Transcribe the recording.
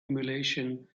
emulation